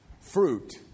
fruit